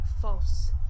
false